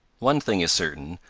one thing is certain,